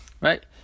right